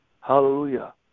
Hallelujah